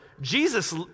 Jesus